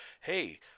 Hey